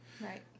Right